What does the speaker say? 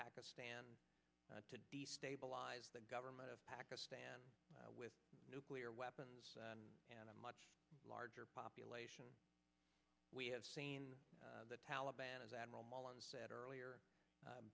pakistan to destabilize the government of pakistan with nuclear weapons and a much larger population we have seen the taliban as admiral mullen said earlier